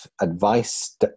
advice